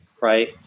right